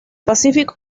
pacífico